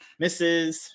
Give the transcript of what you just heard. Mrs